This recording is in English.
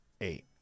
eight